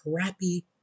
crappy